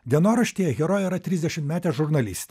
dienoraštyje herojė yra trisdešimtmetė žurnalistė